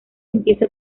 empieza